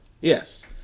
Yes